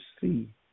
see